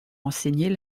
enseigner